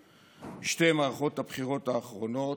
61. בשתי מערכות הבחירות האחרונות,